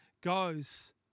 goes